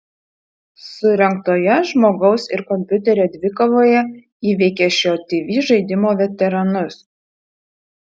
surengtoje žmogaus ir kompiuterio dvikovoje įveikė šio tv žaidimo veteranus